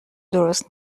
درست